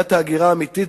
בעיית ההגירה האמיתית,